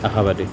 আশাবাদী